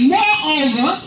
Moreover